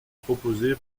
proposé